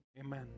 amen